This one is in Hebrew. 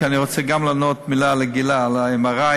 כי אני רוצה גם לענות מילה לגילה על ה-MRI.